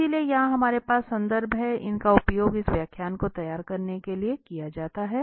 इसलिए यहां हमारे पास संदर्भ हैं इनका उपयोग इस व्याख्यान को तैयार करने के लिए किया जाता है